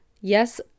Yes